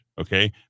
Okay